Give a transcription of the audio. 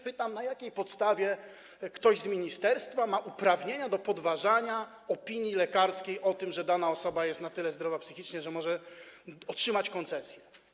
Pytam: Na jakiej podstawie ktoś z ministerstwa ma uprawnienia do podważania opinii lekarskiej o tym, że dana osoba jest na tyle zdrowa psychicznie, że może otrzymać koncesję?